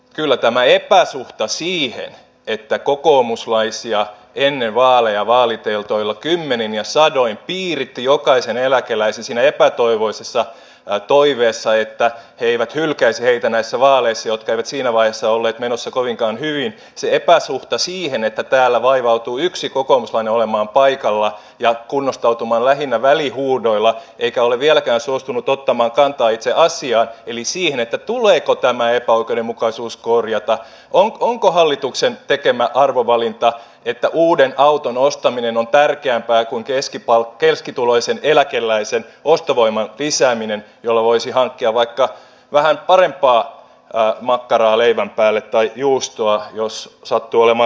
kyllä täällä on epäsuhta siinä että kokoomuslaiset ennen vaaleja vaaliteltoilla kymmenin ja sadoin piirittivät jokaista eläkeläistä siinä epätoivoisessa toiveessa että he eivät hylkäisi heitä näissä vaaleissa jotka eivät siinä vaiheessa olleet menossa kovinkaan hyvin ja täällä vaivautuu yksi kokoomuslainen olemaan paikalla ja kunnostautumaan lähinnä välihuudoilla eikä ole vieläkään suostunut ottamaan kantaa itse asiaan eli siihen tuleeko tämä epäoikeudenmukaisuus korjata onko se hallituksen tekemä arvovalinta oikea että uuden auton ostaminen on tärkeämpää kuin keskituloisen eläkeläisen ostovoiman lisääminen jolla voisi hankkia vaikka vähän parempaa makkaraa leivän päälle tai juustoa jos sattuu olemaan kasvissyöjä